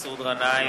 מסעוד גנאים,